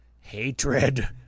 hatred